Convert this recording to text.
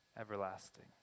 everlasting